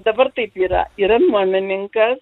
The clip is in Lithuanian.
dabar taip yra yra nuomininkas